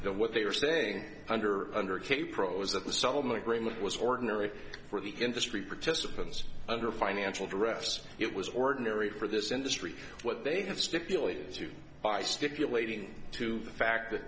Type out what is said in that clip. to what they are saying under under a kaypro is that the settlement agreement was ordinary for the industry participants under financial duress it was ordinary for this industry what they have stipulated to by stipulating to the fact that